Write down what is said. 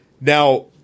Now